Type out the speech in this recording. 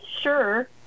sure